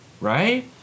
right